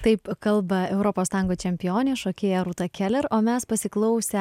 taip kalba europos tango čempionė šokėja rūta keler o mes pasiklausę